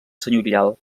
senyorial